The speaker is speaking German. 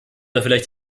vielleicht